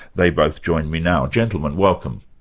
they both join me now. gentlemen, welcome.